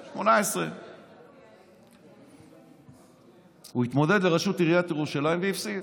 2018. הוא התמודד לראשות עיריית ירושלים והפסיד.